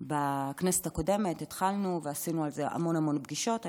בכנסת הקודמת התחלנו ועשינו על זה המון המון פגישות.